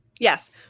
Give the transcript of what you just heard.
Yes